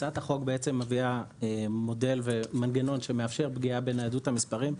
הצעת החוק מביאה מודל ומנגנון שמאפשר פגיעה בניידות המספרים.